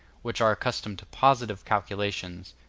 which are accustomed to positive calculations,